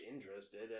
interested